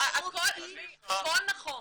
הכל נכון.